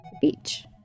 beach